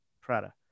Prada